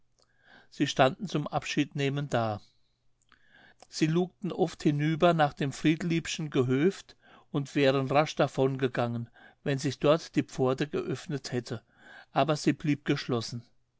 sie standen zum abschiednehmen da sie lugten oft hinüber nach dem friedliebschen gehöft und wären rasch davongegangen wenn sich dort die pforte geöffnet hätte aber sie blieb geschlossen